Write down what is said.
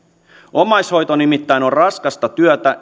omaishoito nimittäin on raskasta työtä